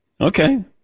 Okay